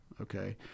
okay